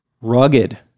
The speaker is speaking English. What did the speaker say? rugged